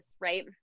right